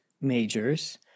majors